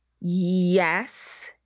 Yes